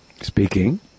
speaking